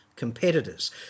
competitors